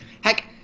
Heck